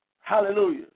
Hallelujah